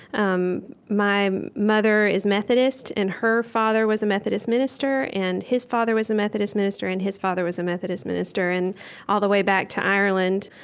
um my mother is methodist, and her father was a methodist minister, and his father was a methodist minister, and his father was a methodist minister, and all the way back to ireland.